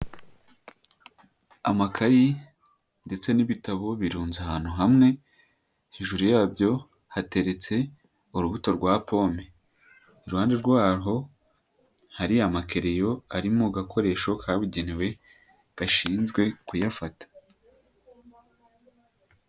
Amakayi ndetse n'ibitabo birunze ahantu hamwe hejuru yabyo hateretse urubuto rwa pome, iruhande rwaho hari amakereyo ari mu gakoresho kabugenewe gashinzwe kuyafata.